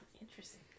interesting